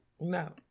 No